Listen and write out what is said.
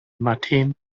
martine